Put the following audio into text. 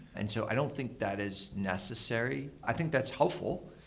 and so i don't think that is necessary. i think that's helpful.